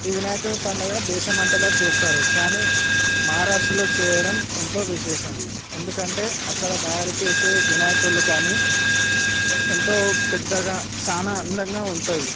ఈ వినాయకుని పండుగ దేశమంతటా చేస్తారు కానీ మహారాష్ట్రలో చేయడం ఎంతో విశేషం ఎందుకంటే అక్కడ తయారు చేసే వినాయకుళ్ళు కానీ ఎంతో పెద్దగా చానా అందంగా ఉంటది